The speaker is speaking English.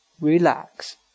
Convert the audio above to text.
relax